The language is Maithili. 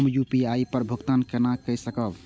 हम यू.पी.आई पर भुगतान केना कई सकब?